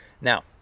Now